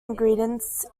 ingredients